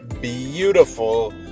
beautiful